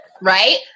Right